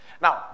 Now